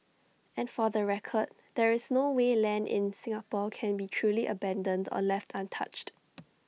and for the record there is no way land in Singapore can be truly abandoned or left untouched